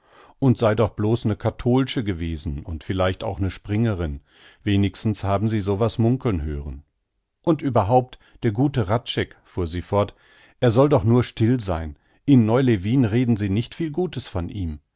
und sei doch blos ne kattolsche gewesen und vielleicht auch ne springerin wenigstens habe sie so was munkeln hören und überhaupt der gute hradscheck fuhr sie fort er soll doch nur still sein in neu lewin reden sie nicht viel gutes von ihm